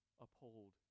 uphold